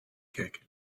kick